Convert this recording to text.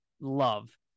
love